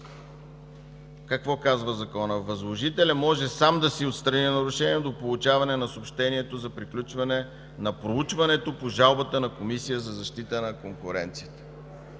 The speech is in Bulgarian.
какво казва Законът? Възложителят може сам да си отстрани нарушението до получаване на съобщението за приключване на проучването по жалбата на Комисията за защита на конкуренцията.